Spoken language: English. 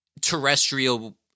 terrestrial